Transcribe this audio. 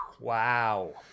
Wow